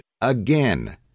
again